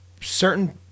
certain